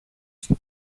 στο